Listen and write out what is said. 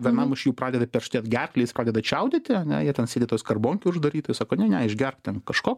vienam iš jų pradeda perštėt gerklę jis pradeda čiaudėti ane jie ten sėdi toj skarbonkėj uždaryti sako ne ne ižgerk ten kažko